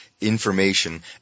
information